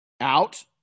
out